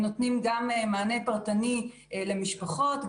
הם נותנים גם מענה פרטני למשפחות,